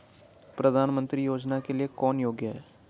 प्रधानमंत्री योजना के लिए कौन योग्य है?